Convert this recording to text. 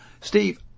Steve